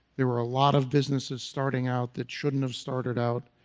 there were a lot of businesses starting out that shouldn't have started out,